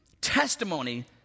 testimony